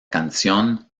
canción